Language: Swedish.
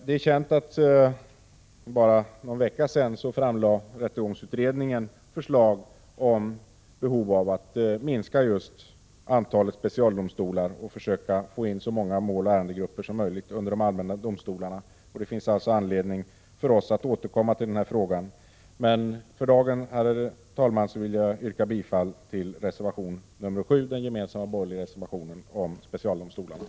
Bara för någon vecka sedan framlade som bekant rättegångsutredningen förslag om att minska antalet specialdomstolar och försöka få in så många mål och ärendegrupper som möjligt under de allmänna domstolarna. Det finns därför anledning för oss att återkomma till frågan. Men för dagen, herr talman, vill jag yrka bifall till den gemensamma borgerliga reservationen nr 7 rörande specialdomstolarna.